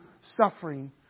suffering